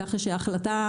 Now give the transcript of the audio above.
כך שההחלטה,